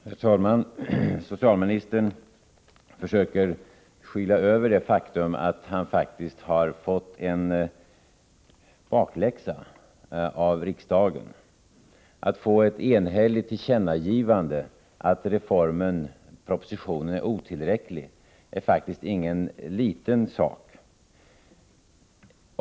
Herr talman! Socialministern försöker skyla över det faktum att han får en bakläxa av riksdagen. Att få ett enhälligt tillkännagivande av att reformen och propositionen är otillräckliga är faktiskt ingen liten sak.